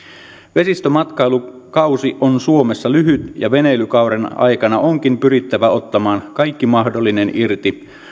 vesistömatkailukausi on suomessa lyhyt ja veneilykauden aikana onkin pyrittävä ottamaan kaikki mahdollinen irti